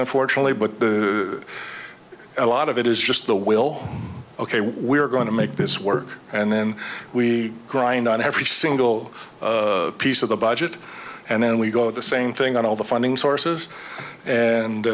unfortunately but the a lot of it is just the will ok we're going to make this work and then we grind on every single piece of the budget and then we go the same thing on all the funding sources and